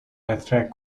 attract